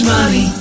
Money